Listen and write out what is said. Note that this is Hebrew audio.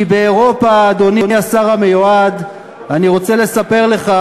כי באירופה, אדוני השר המיועד, אני רוצה לספר לך,